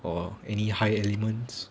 or any high elements